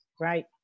Right